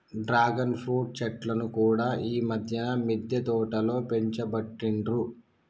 dragon fruit చెట్లను కూడా ఈ మధ్యన మిద్దె తోటలో పెంచబట్టిండ్రు